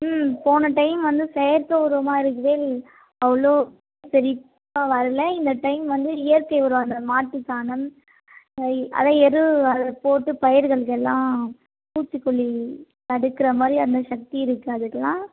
ம் போன டைம் வந்து செயற்கை உரமாக இருக்குது அவ்வளோ செழிப்பா வரல இந்த டைம் வந்து இயற்கை உரம் அந்த மாட்டு சாணம் அதுதான் எரு அதை போட்டு பயிர்களுக்கு எல்லாம் பூச்சிக்கொல்லி தடுக்குற மாதிரி அந்த சக்தி இருக்குது அதுக்குலாம்